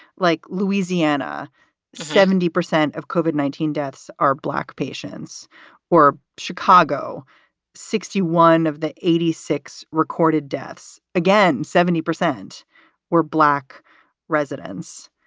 like louisiana seventy percent of covid nineteen deaths are black patients or chicago sixty one of the eighty six recorded deaths. again, seventy percent were black residents.